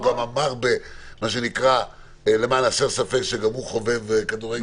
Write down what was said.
הוא גם אמר למען הסר ספק שגם הוא חובב גדול של כדורגל